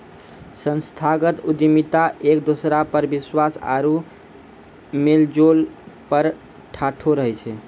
संस्थागत उद्यमिता एक दोसरा पर विश्वास आरु मेलजोल पर ठाढ़ो रहै छै